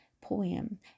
poem